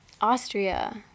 Austria